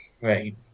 Right